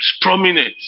prominent